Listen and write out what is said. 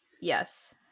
yes